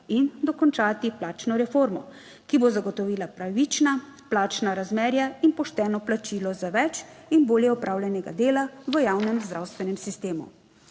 in dokončati plačno reformo, ki bo zagotovila pravična plačna razmerja in pošteno plačilo za več in bolje opravljenega dela v javnem zdravstvenem sistemu.